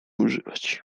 używać